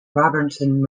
robertson